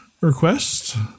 request